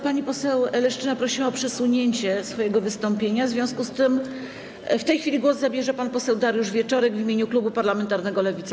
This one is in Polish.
Pani poseł Leszczyna prosiła o przesunięcie swojego wystąpienia, w związku z czym w tej chwili głos zabierze pan poseł Dariusz Wieczorek w imieniu klubu parlamentarnego Lewica.